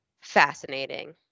fascinating